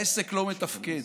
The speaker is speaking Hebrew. העסק לא מתפקד.